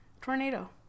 tornado